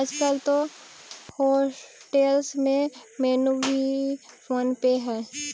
आजकल तो होटेल्स में मेनू भी फोन पे हइ